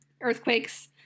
earthquakes